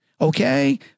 Okay